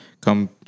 come